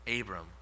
Abram